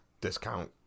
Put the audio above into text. discount